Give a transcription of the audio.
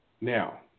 Now